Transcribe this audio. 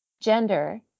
gender